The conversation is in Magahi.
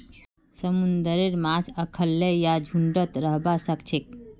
समुंदरेर माछ अखल्लै या झुंडत रहबा सखछेक